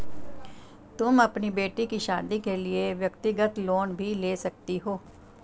तुम अपनी बेटी की शादी के लिए व्यक्तिगत लोन भी ले सकती हो